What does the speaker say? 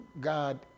God